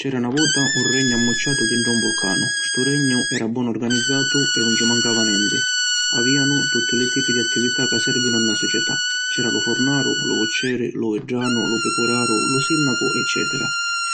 C’era na vota un regnu ammucciatu dintra un vulcanu. ‘Stu regnu era bonu organizzatu e ‘un ci mancava nenti. Avianu tutti li tipi di attività ca servinu a na società. C’era lu furnaru, lu vucceri, lu viddanu, lu picuraru, lu sinnacu eccetera.